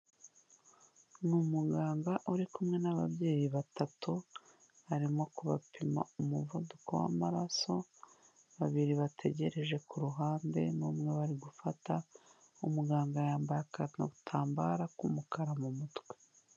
Umuganga uri kumwe n'ababyeyi batatu arimo kubapima umuvuduko w'amararaso, babiri bategereje ku ruhande n'umwe bari gufata, umuganga yambaye agatambara k'umukara mu mutwe.